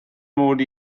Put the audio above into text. mod